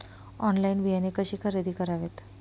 Online बियाणे कशी खरेदी करावीत?